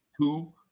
two